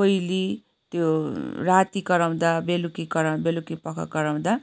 कोइली त्यो राति कराउँदा बेलुकी कराउँदा बेलुकी पख कराउँदा